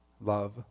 Love